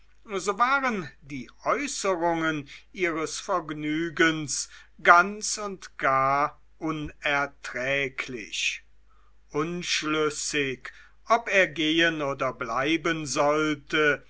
so waren die äußerungen ihres vergnügens ganz und gar unerträglich unschlüssig ob er gehen oder bleiben sollte